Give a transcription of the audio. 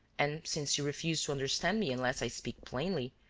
and, since you refuse to understand me unless i speak plainly,